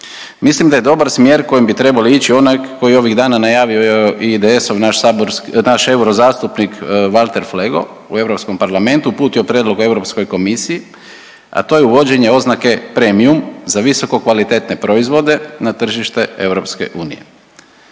Mislim da je dobar smjer kojim bi trebali ići onaj koji ovih dana najavio i IDS-ov naš eurozastupnik Valter Flego u Europskom parlamentu, uputio prijedlog Europskoj komisiji, a to je uvođenje oznake premium za visoko kvalitetne proizvode na tržište EU.